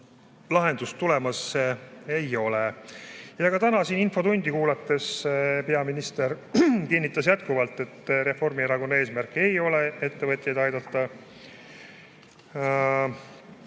lahendust tulemas ei ole. Ka täna siin infotundi kuulates peaminister kinnitas jätkuvalt, et Reformierakonna eesmärk ei ole ettevõtjaid aidata.